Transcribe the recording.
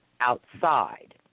outside